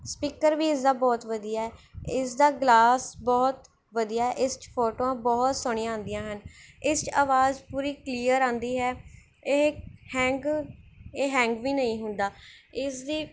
speaker ਵੀ ਇਸ ਦਾ ਬਹੁਤ ਵਧੀਆ ਇਸ ਦਾ ਗਲਾਸ ਬਹੁਤ ਵਧੀਆ ਇਸ 'ਚ ਫੋਟੋਆਂ ਬਹੁਤ ਸੋਹਣੀਆਂ ਆਉਂਦੀਆਂ ਹਨ ਇਸ 'ਚ ਅਵਾਜ਼ ਪੂਰੀ ਕਲੀਅਰ ਆਉਂਦੀ ਹੈ ਇਹ ਹੈਂਗ ਇਹ ਹੈਂਗ ਵੀ ਨਹੀਂ ਹੁੰਦਾ ਇਸ ਦੀ